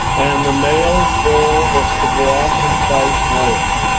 and the male's role was to go off and fight war.